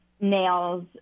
nails